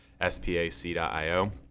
spac.io